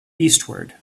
eastward